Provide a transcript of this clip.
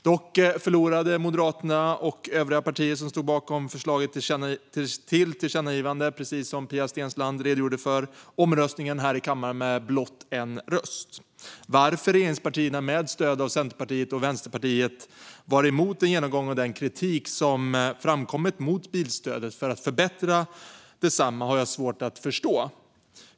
Dock förlorade Moderaterna och övriga partier som stod bakom förslaget till tillkännagivandet omröstningen i kammaren med blott en röst, som Pia Steensland redogjorde för. Varför regeringspartierna, med stöd av Centerpartiet och Vänsterpartiet, var emot en genomgång av den kritik som framkommit mot bilstödet för att förbättra detsamma har jag svårt att förstå.